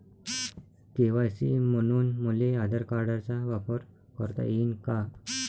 KYC म्हनून मले आधार कार्डाचा वापर करता येईन का?